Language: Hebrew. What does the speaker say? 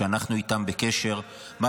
שאנחנו בקשר איתן,